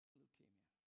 leukemia